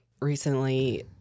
recently